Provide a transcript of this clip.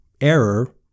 error